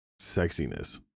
sexiness